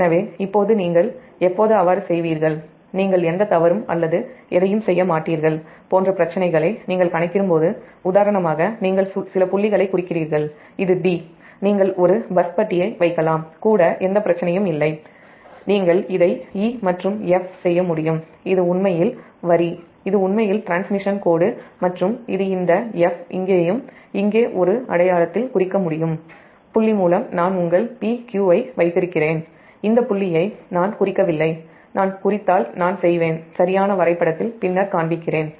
எனவேநீங்கள் எப்போது அவ்வாறு செய்வீர்கள் இப்போது நீங்கள் கணக்கிடும்போது எந்த தவறும் செய்ய மாட்டீர்கள்உதாரணமாக நீங்கள் சில புள்ளிகளைக் குறிக்கிறீர்கள் இது d நீங்கள் ஒரு பஸ் பட்டியை கூடவைக்கலாம் எந்த பிரச்சனையும் இல்லை நீங்கள் இதை e மற்றும் f செய்ய முடியும் இது உண்மையில் வரி இது உண்மையில் டிரான்ஸ்மிஷன் கோடு மற்றும் இது இந்த f இங்கேயும் ஒரு அடையாளத்தால் குறிக்க முடியும்புள்ளி மூலம் நான் உங்கள் p q ஐ வைத்திருக்கிறேன் இந்த புள்ளியை நான் குறிக்கவில்லை நான் சரியான வரைபடத்தில் குறித்தால் பின்னர் காண்பிக்கிறேன்